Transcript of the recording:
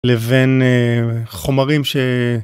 לבין חומרים ש...